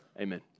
Amen